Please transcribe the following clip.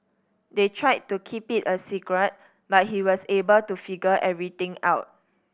they tried to keep it a secret but he was able to figure everything out